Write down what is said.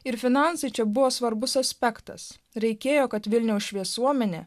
ir finansai čia buvo svarbus aspektas reikėjo kad vilniaus šviesuomenė